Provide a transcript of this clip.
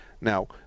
Now